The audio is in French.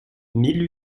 mille